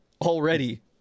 Already